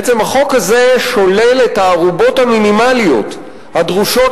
בעצם החוק הזה שולל את הערובות המינימליות הדרושות